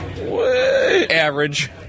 Average